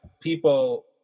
people